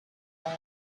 line